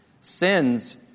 Sins